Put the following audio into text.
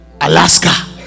Alaska